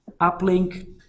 uplink